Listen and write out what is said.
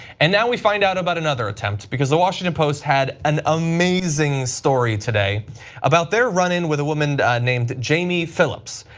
and now we find out about another attempt. the washington post had an amazing story today about their run in with a woman named jamie phillips.